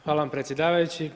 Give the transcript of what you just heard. Hvala vam predsjedavajući.